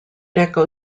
deco